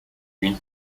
une